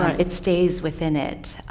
ah it stays within it.